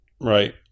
right